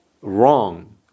wrong